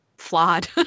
Flawed